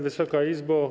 Wysoka Izbo!